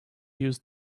used